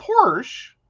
Porsche